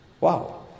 Wow